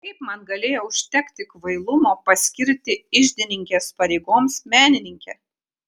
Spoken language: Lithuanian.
kaip man galėjo užtekti kvailumo paskirti iždininkės pareigoms menininkę